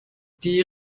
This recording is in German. die